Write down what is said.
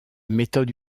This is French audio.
méthode